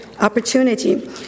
opportunity